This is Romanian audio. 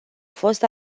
fost